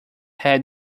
had